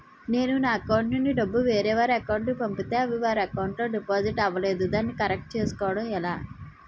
నేను నా అకౌంట్ నుండి డబ్బు వేరే వారి అకౌంట్ కు పంపితే అవి వారి అకౌంట్ లొ డిపాజిట్ అవలేదు దానిని కరెక్ట్ చేసుకోవడం ఎలా?